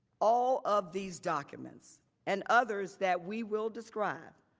all of these documents and others that we will describe.